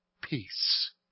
peace